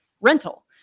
rental